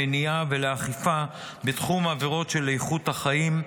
למניעה ולאכיפה בתחום העבירות של איכות החיים,